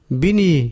bini